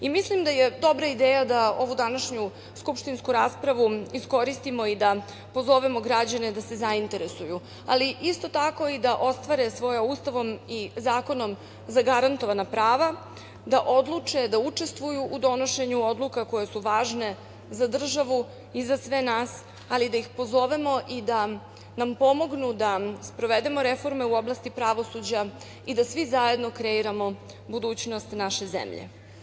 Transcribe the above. Mislim da je dobra ideja da ovu današnju skupštinsku raspravu iskoristimo i da pozovemo građane da se zainteresuju, ali isto tako i da ostvare svoje Ustavom i zakonom zagarantovana prava da odluče da učestvuju u donošenju odluka koje su važne za državu i za sve nas, ali da ih pozovemo i da nam pomognu da sprovedemo reforme u oblasti pravosuđa i da svi zajedno kreiramo budućnost naše zemlje.